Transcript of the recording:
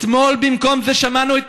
אתמול, במקום זה שמענו את